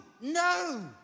no